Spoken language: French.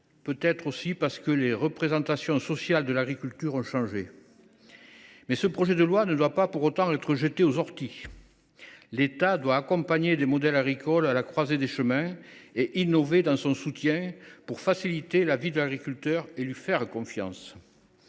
peut être parce que les représentations sociales de l’agriculture ont changé. Mais ce projet de loi ne doit pas pour autant être jeté aux orties. L’État doit accompagner des modèles agricoles à la croisée des chemins et innover dans son soutien pour faciliter la vie de l’agriculteur et lui faire confiance.